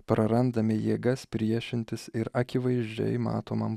prarandame jėgas priešintis ir akivaizdžiai matomam